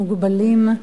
מוגבלים,